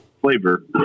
flavor